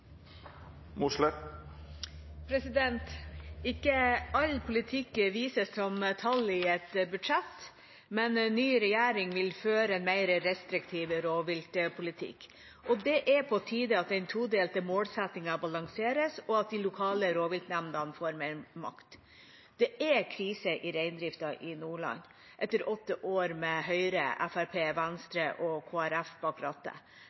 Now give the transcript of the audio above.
Ikke all politikk vises som tall i et budsjett, men den nye regjeringa vil føre en mer restriktiv rovviltpolitikk. Det er på tide at den todelte målsettingen balanseres, og at de lokale rovviltnemndene får mer makt. Det er krise i reindrifta i Nordland etter åtte år med Høyre,